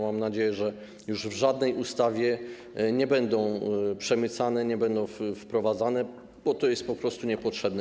Mam nadzieję, że już w żadnej ustawie nie będą przemycane, nie będą wprowadzane, bo to jest niepotrzebne.